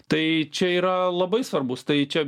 tai čia yra labai svarbus tai čia